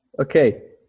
Okay